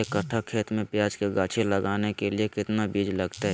एक कट्ठा खेत में प्याज के गाछी लगाना के लिए कितना बिज लगतय?